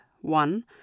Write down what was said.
one